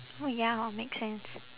oh ya hor makes sense